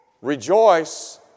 Rejoice